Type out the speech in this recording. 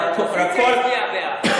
האופוזיציה הצביעה בעד.